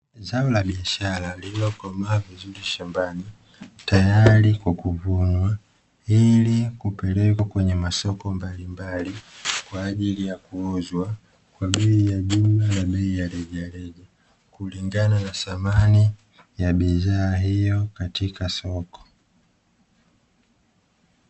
Zao la biashara lililokomaa vizuri shambani tayari kwa kuvunwa ili kupelekwa kwenye masoko mbalimbali, kwajil ya kuuzwa kwa bei ya jumla na bei ya rejareja kulingana na thamani ya bidhaa hiyo katika soko.